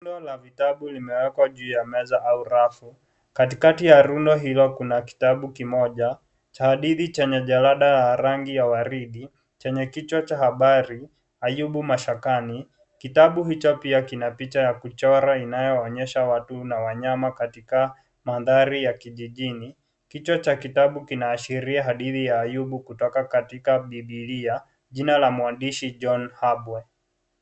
Rundo la vitabu limewekwa juu ya meza au rafu. Katikati ya rundo hilo kuna kitabu kimoja cha hadithi cha jalada yenye rangi ya waridi chenye kichwa cha habari Ayubu mashakani. Kitabu hicho pia kina picha ya kuchoro inayoonyesha watu na wanyama katika mandhari ya kijijini. Kichwa cha kitabu kinaashiria hadithi ya Ayubu kutoka katika bibilia. Jina la mwandishi John Habwe.